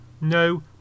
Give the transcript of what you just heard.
no